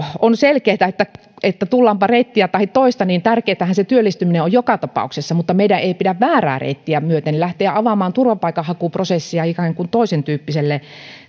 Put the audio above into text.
on selkeätä että että tullaanpa reittiä tahi toista niin tärkeätähän se työllistyminen on joka tapauksessa mutta meidän ei pidä väärää reittiä myöten lähteä avaamaan turvapaikanhakuprosessia ikään kuin toisentyyppiselle